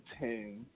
ten